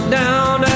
down